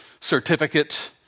certificate